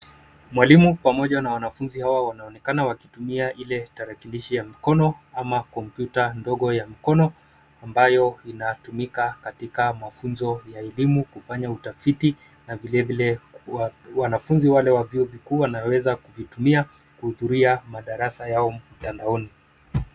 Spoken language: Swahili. Mwalimu pamoja na wanafunzi hawa wanonekana wakitumia ile tarakilishi ya mkono ama kompyuta ndogo ya mkono ambayo inatumika katika mafunzo ya elimu kufanya utafiti na vilevile wanafunzi wale wa vyuo vikuu wanaweza kuvitumia kuhudhuria madarasa yao mtandaoni.